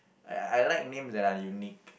I like names that are unique